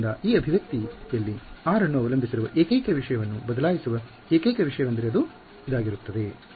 ಆದ್ದರಿಂದ ಈ ಅಭಿವ್ಯಕ್ತಿಯಲ್ಲಿ r ಅನ್ನು ಅವಲಂಬಿಸಿರುವ ಏಕೈಕ ವಿಷಯವನ್ನು ಬದಲಾಯಿಸುವ ಏಕೈಕ ವಿಷಯವೆಂದರೆ ಅದು ಇದಾಗಿರುತ್ತದೆ